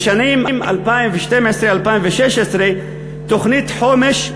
לשנים 2012 2016, תוכנית חומש.